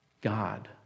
God